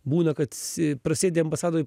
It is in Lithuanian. būna kad prasėdi ambasadoj